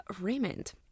Raymond